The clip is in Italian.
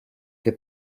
che